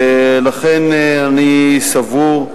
ולכן אני סבור,